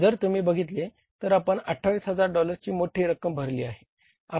जर तुम्ही बघितल तर आपण 28 हजार डॉलर्सची मोठी रक्कम भरली आहे